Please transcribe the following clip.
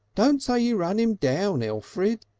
don't say you run im down, elfrid!